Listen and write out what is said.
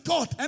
God